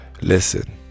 Listen